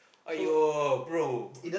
!aiyo! bro